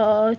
اور